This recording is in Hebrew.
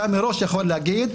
אתה מראש יכול להגיד: